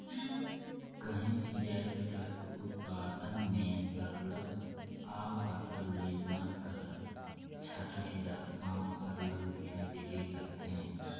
काहींच जाएत कर उत्पादन में सरलग अफसल ले बन कर छंटई दार काम सरलग दिखई देबे करथे